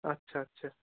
আচ্ছা আচ্ছা